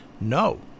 No